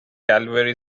calvary